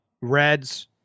Reds